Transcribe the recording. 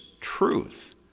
truth